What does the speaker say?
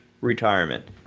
retirement